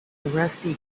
rusty